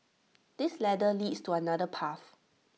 this ladder leads to another path